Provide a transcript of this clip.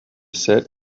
said